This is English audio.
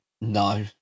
No